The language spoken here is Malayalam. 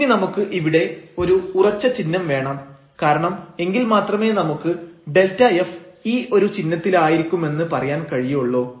ഇനി നമുക്ക് ഇവിടെ ഒരു ഉറച്ച ചിഹ്നം വേണം കാരണം എങ്കിൽ മാത്രമേ നമുക്ക് Δf ഈ ഒരു ചിഹ്നത്തിലായിരിക്കുമെന് പറയാൻ കഴിയുള്ളൂ